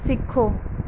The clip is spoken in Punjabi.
ਸਿੱਖੋ